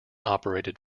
operated